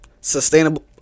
sustainable